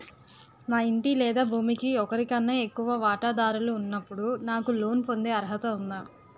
మా ఇంటికి లేదా భూమికి ఒకరికన్నా ఎక్కువ వాటాదారులు ఉన్నప్పుడు నాకు లోన్ పొందే అర్హత ఉందా?